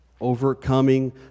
Overcoming